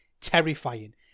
terrifying